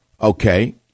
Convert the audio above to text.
Okay